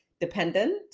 dependent